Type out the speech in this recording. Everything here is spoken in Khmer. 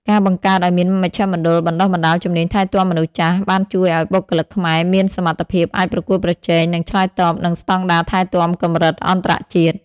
ការបង្កើតឱ្យមានមជ្ឈមណ្ឌលបណ្តុះបណ្តាលជំនាញថែទាំមនុស្សចាស់ បានជួយឱ្យបុគ្គលិកខ្មែរមានសមត្ថភាពអាចប្រកួតប្រជែង និងឆ្លើយតបនឹងស្តង់ដារថែទាំកម្រិតអន្តរជាតិ។